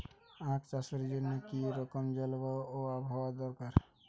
আখ চাষের জন্য কি রকম জলবায়ু ও আবহাওয়া দরকার?